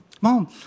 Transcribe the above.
Mom